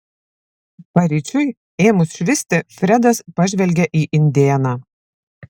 paryčiui ėmus švisti fredas pažvelgė į indėną